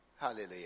hallelujah